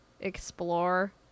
explore